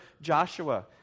Joshua